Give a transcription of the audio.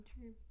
true